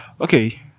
Okay